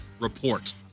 report